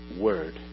Word